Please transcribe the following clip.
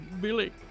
Billy